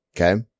okay